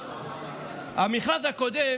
המכרז הקודם